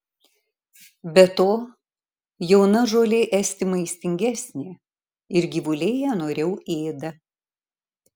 be to jauna žolė esti maistingesnė ir gyvuliai ją noriau ėda